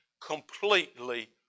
completely